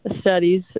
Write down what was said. studies